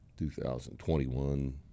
2021